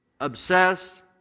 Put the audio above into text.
Obsessed